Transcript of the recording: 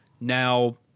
Now